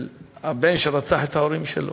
בן שרצח את ההורים שלו.